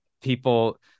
people